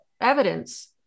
evidence